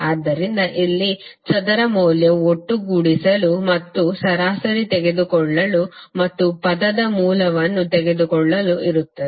ಆದ್ದರಿಂದ ಇಲ್ಲಿ ಚದರ ಮೌಲ್ಯವು ಒಟ್ಟುಗೂಡಿಸಲು ಮತ್ತು ಸರಾಸರಿ ತೆಗೆದುಕೊಳ್ಳಲು ಮತ್ತು ಪದದ ಮೂಲವನ್ನು ತೆಗೆದುಕೊಳ್ಳಲು ಇರುತ್ತದೆ